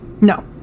No